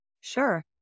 Sure